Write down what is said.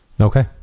Okay